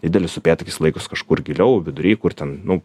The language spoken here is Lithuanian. didelis upėtakis laikosi kažkur giliau vidury kur ten nu